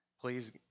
Please